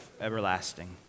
everlasting